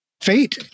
Fate